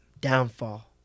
Downfall